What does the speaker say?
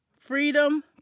Freedom